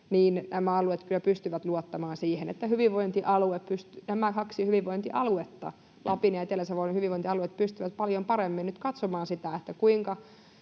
nämä alueet kyllä pystyvät luottamaan siihen, että nämä kaksi hyvinvointialuetta, Lapin ja Etelä-Savon hyvinvointialueet, pystyvät paljon paremmin nyt katsomaan sitä, kuinka